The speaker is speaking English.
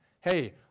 Hey